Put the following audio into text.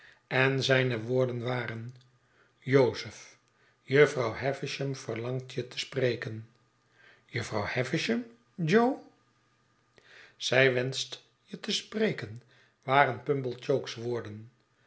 en zijne woorden waren jozef jufvrouwhavishamverlangtjetespreken jufvrouw havisham jo zij wenscht je te spreken waren pumble chook's woorden